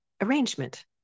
arrangement